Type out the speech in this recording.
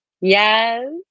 Yes